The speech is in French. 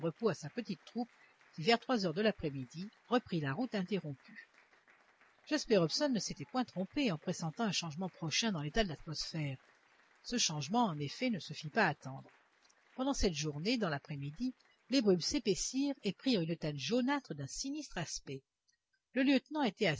à sa petite troupe qui vers trois heures après-midi reprit la route interrompue jasper hobson ne s'était point trompé en pressentant un changement prochain dans l'état de l'atmosphère ce changement en effet ne se fit pas attendre pendant cette journée dans l'après-midi les brumes s'épaissirent et prirent une teinte jaunâtre d'un sinistre aspect le lieutenant était